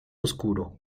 oscuro